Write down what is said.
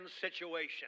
situation